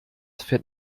fährt